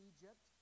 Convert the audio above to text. Egypt